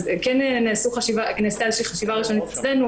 אז כן נעשתה איזושהי חשיבה ראשונית אצלנו.